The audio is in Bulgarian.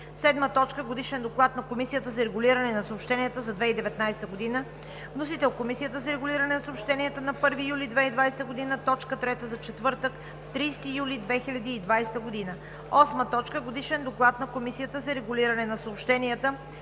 2020 г. 7. Годишен доклад на Комисията за регулиране на съобщенията за 2019 г. Вносител: Комисията за регулиране на съобщенията, 1 юли 2020 г. – точка трета за четвъртък, 30 юли 2020 г. 8. Годишен доклад на Комисията за регулиране на съобщенията